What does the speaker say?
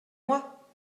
moi